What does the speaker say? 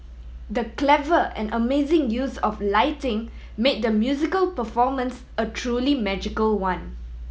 the clever and amazing use of lighting made the musical performance a truly magical one